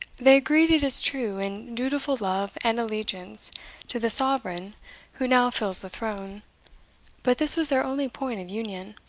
they agreed, it is true, in dutiful love and allegiance to the sovereign who now fills the throne but this was their only point of union.